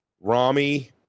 Rami